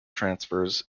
transfers